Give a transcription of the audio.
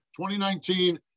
2019